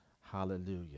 hallelujah